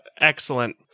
Excellent